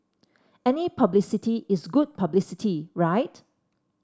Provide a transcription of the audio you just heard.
any publicity is good publicity right